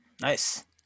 Nice